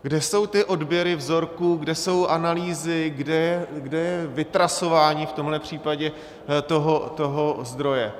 Kde jsou ty odběry vzorků, kde jsou analýzy, kde je vytrasování v tomhle případě toho zdroje?